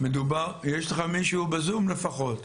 יש לך מישהו בזום, לפחות?